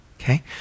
okay